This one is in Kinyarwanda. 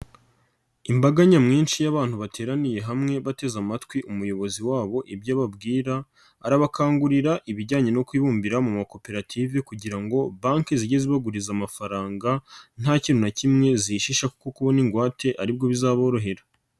Imbaga nyamwinshi y'abantu bateraniye hamwe bateze amatwi umuyobozi wabo ibyo a,babwira arabakangurira ibijyanye no kwibumbira mu makoperative kugira ngo banki zijye zibaguriza amafaranga nta kintu na kimwe ziyishisha kuko kubona ingwate ari bwo bizaborohera.